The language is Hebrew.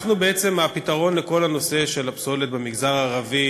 הפתרון לכל הנושא של הפסולת במגזר הערבי